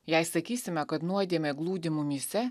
jei sakysime kad nuodėmė glūdi mumyse